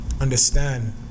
Understand